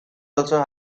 also